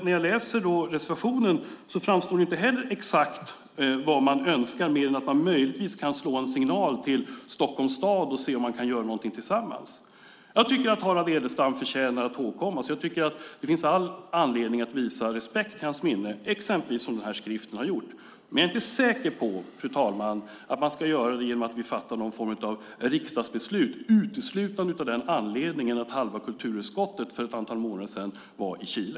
När jag läser reservationen framgår det inte exakt vad som önskas mer än att man möjligtvis kan slå en signal till Stockholms stad för att höra om något kan göras tillsammans. Jag tycker att Harald Edelstam förtjänar att ihågkommas och att det finns all anledning att till hans minne visa respekt, exempelvis som görs genom nämnda skrift. Men jag är inte, fru talman, säker på att det ska göras i form av riksdagsbeslut och då uteslutande av den anledningen att halva kulturutskottet för ett antal månader sedan var i Chile.